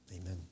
Amen